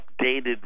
updated